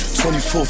24